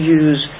use